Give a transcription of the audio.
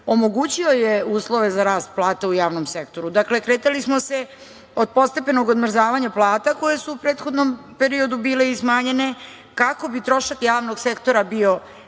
omogućio je uslove za rast plata u javnom sektoru. Dakle, kretali smo se od postepenog odmrzavanja plata koje su u prethodnom periodu bile i smanjene kako bi trošak javnog sektora bio manji